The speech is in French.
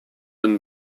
den